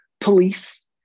police